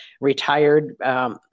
retired